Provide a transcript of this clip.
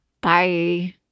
Bye